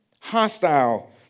Hostile